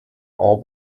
all